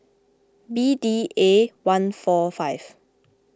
B D A one four five